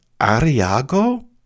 Ariago